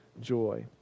Joy